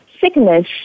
sickness